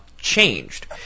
changed